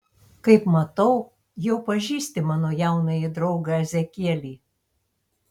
kaip matau jau pažįsti mano jaunąjį draugą ezekielį